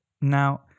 now